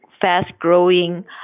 fast-growing